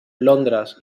londres